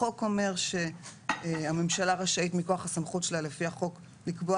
החוק אומר שהממשלה רשאית מכוח הסמכות שלה לפי החוק לקבוע